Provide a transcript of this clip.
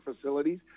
facilities